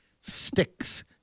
sticks